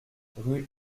rue